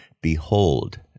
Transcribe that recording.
Behold